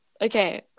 Okay